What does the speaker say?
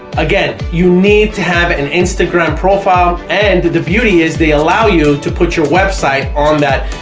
again, you need to have an instagram profile and the beauty is they allow you to put your website on that